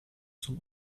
zum